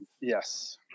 Yes